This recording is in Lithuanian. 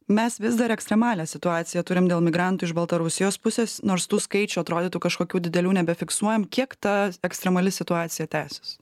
mes vis dar ekstremalią situaciją turim dėl migrantų iš baltarusijos pusės nors tų skaičių atrodytų kažkokių didelių nebefiksuojam kiek ta ekstremali situacija tęsis